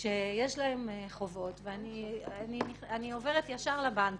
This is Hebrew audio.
שיש להם חובות, ואני עוברת ישר לבנקים.